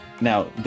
Now